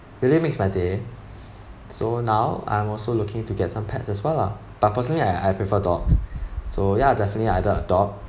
really makes my day so now I'm also looking to get some pets as well lah but personally I I prefer dogs so ya definitely either adopt